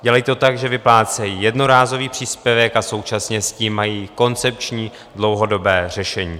Dělají to tak, že vyplácejí jednorázový příspěvek a současně s tím mají koncepční dlouhodobé řešení.